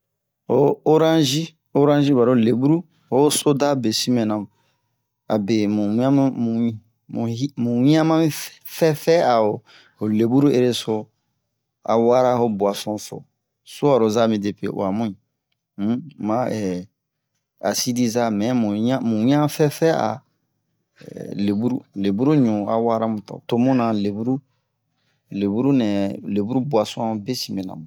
o oranzi oranzi baro leburu o'yo soda besimɛna mu abe mu hi mu miyan ma mi fɛfɛ a'o leburu ereso a wara o boisson so suaroza midepeuwa mui um ma eee acide za mɛ mu wiyan fɛfɛ a leburuleburuɲu a wara mu to muna leburu leburu nɛ leburu boissonbe sin mɛna